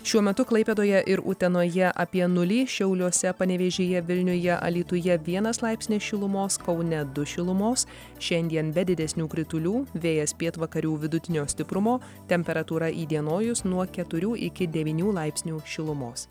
šiuo metu klaipėdoje ir utenoje apie nulį šiauliuose panevėžyje vilniuje alytuje vienas laipsnis šilumos kaune du šilumos šiandien be didesnių kritulių vėjas pietvakarių vidutinio stiprumo temperatūra įdienojus nuo keturių iki devynių laipsnių šilumos